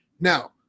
Now